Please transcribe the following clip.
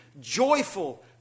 joyful